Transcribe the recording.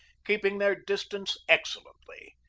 keeping their distance excel lently.